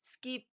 skip